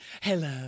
Hello